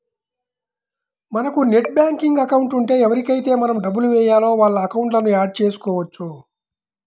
మనకు net banking account ఉంటే ఎవరికైతే మనం డబ్బులు వేయాలో వాళ్ళ అకౌంట్లను యాడ్ చేసుకోవచ్చు